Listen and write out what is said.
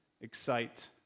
excite